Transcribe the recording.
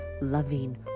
loving